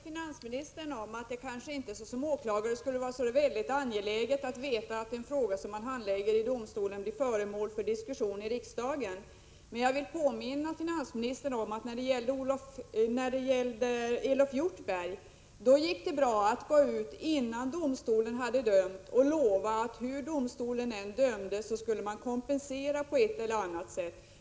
Fru talman! Jag kan hålla med finansministern om att jag som åklagare inte skulle finna det så angeläget att en fråga som jag handlägger i domstolen blir föremål för diskussion i riksdagen. Men jag vill påminna finansministern om att det i fallet Elof Hjortberg gick bra att, innan domstolen hade dömt, gå ut och lova att hur domstolen än dömde skulle han kompenseras på ett eller annat sätt.